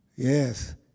Yes